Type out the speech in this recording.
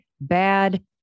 bad